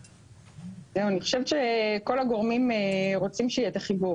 אני חושבת שכל הגורמים רוצים שיהיה את החיבור